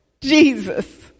Jesus